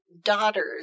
daughters